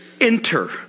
Enter